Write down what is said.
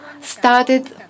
started